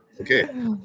Okay